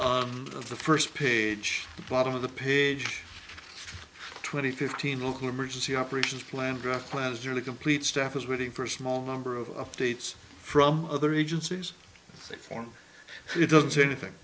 of the first page the bottom of the page twenty fifteen local emergency operations plan draft plan is really complete staff is waiting for a small number of updates from other agencies they form it doesn't say anything